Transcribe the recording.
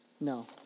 No